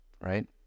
right